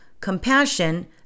compassion